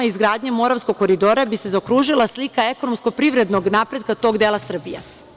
i izgradnjom Moravskog koridora bi se zaokružila slika ekonomsko-privrednog napretka tog dela Srbije.